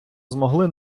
змогли